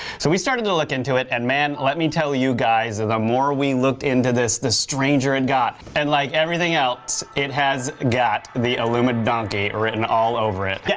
so we started to look into it and man let me tell you guys, the more we looked into this the stranger it and got. and like everything else, it has got the illumidonkey written all over it. yep,